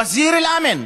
וזיר אל-אמן.